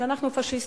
שאנחנו פאשיסטים,